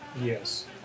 Yes